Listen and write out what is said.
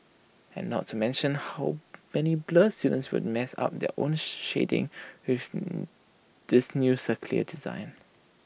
and not to mention how many blur students will mess up their own shading with this new circular design